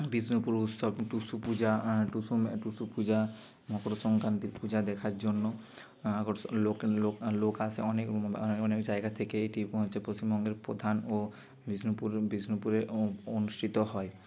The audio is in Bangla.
বিষ্ণুপুর উৎসব টুসু পূজা টুসু টুসু পূজা মকর সংক্রান্তি পূজা দেখার জন্য আকর্ষণ লোক লোক লোক আসে অনেক অনেক জায়গা থেকে এটি হচ্ছে পশ্চিমবঙ্গের প্রধান ও বিষ্ণুপুর বিষ্ণুপুরে অনুষ্ঠিত হয়